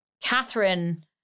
Catherine